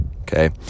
Okay